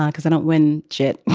um because i don't win it